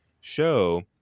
show